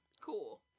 Cool